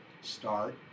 start